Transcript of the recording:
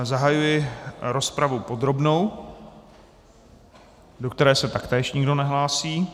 Zahajuji rozpravu podrobnou, do které se taktéž nikdo nehlásí.